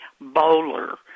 bowler